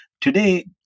Today